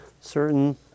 Certain